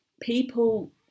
people